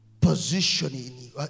Positioning